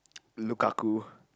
Lukaku